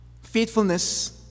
faithfulness